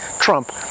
Trump